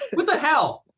what the hell?